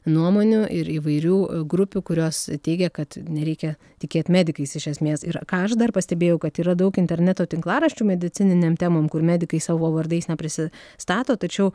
nuomonių ir įvairių grupių kurios teigia kad nereikia tikėt medikais iš esmės ir ką aš dar pastebėjau kad yra daug interneto tinklaraščių medicininėm temom kur medikai savo vardais neprisi stato tačiau